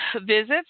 visits